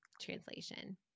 translation